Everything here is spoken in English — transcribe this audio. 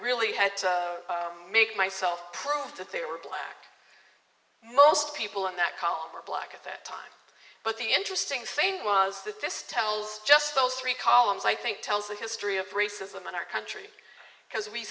really had to make myself prove that they were black most people in that call were black at that time but the interesting thing was that this tells just those three columns i think tells the history of racism in our country because we